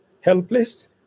helpless